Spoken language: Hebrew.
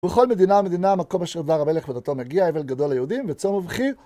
ובכל מדינה ומדינה מקום אשר דבר המלך ודתו מגיע, אבל גדול ליהודים וצום ובכי.